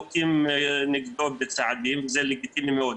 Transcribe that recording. נוקטים נגדו בצעדים וזה לגיטימי מאוד,